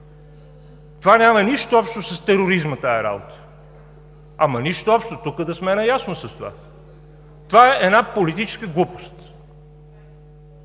Няма нищо общо с тероризма тази работа. Ама, нищо общо, тук да сме наясно с това. Това е една политическа глупост.